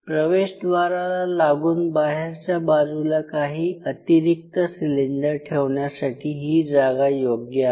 प्रवेशद्वाराला लागून बाहेरच्या बाजूला काही अतिरिक्त सिलेंडर ठेवण्यासाठी ही जागा योग्य आहे